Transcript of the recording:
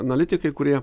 analitikai kurie